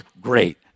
great